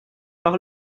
par